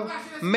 תגיד לי.